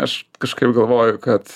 aš kažkaip galvoju kad